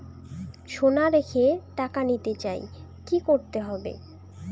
সোনা রেখে টাকা নিতে চাই কি করতে হবে?